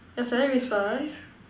your salary is first